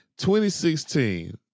2016